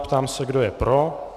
Ptám se, kdo je pro.